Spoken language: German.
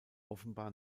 offenbar